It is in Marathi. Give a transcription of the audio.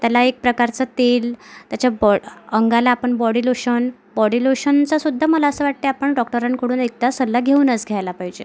त्याला एक प्रकारचं तेल त्याच्या बॉड् अंगाला पण बॉडी लोशन बॉडी लोशनचा सुद्धा मला असं वाटते आपण डॉक्टरांकडून एकदा सल्ला घेऊनच घ्यायला पाहिजे